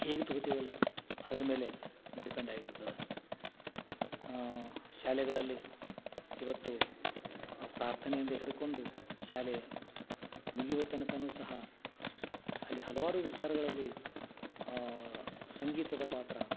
ಹೇಗೆ ತಗೊತೀವಲ್ಲ ಅದರ ಮೇಲೆ ಡಿಪೆಂಡ್ ಆಗಿರ್ತದೆ ಶಾಲೆಗಳಲ್ಲಿ ಇವತ್ತು ಪ್ರಾರ್ಥನೆಯಿಂದ ಹಿಡ್ಕೊಂಡು ಶಾಲೆಯು ಮುಗಿಯುವ ತನಕವೂ ಸಹ ಅಲ್ಲಿ ಹಲವಾರು ವಿಚಾರಗಳಲ್ಲಿ ಸಂಗೀತದ ಪಾತ್ರ